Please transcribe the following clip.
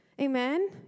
Amen